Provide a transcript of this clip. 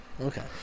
Okay